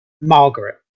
Margaret